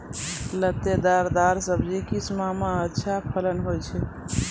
लतेदार दार सब्जी किस माह मे अच्छा फलन होय छै?